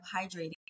hydrating